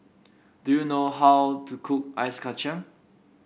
do you know how to cook Ice Kachang